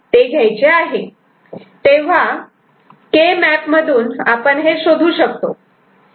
तेव्हा के मॅप मधून आपण हे शोधू शकतो